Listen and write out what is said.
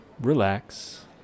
relax